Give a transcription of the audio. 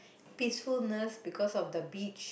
peacefulness because of the beach